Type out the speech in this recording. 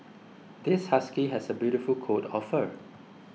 this husky has a beautiful coat of fur